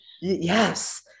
yes